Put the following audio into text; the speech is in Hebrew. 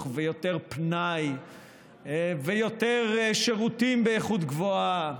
ויותר פנאי ויותר שירותים באיכות גבוהה,